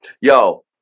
Yo